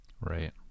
Right